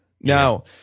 Now